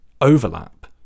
overlap